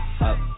Up